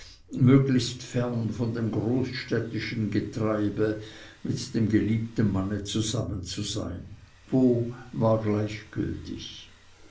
möglichst fern von dem großstädtischen getreibe mit dem geliebten manne zusammen zu sein wo war gleichgiltig